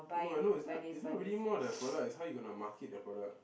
no I know it's not it's not really more the product it's how you gonna market the product